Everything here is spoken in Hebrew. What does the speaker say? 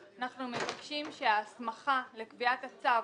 אנחנו מבקשים שההסמכה לקביעת הצו,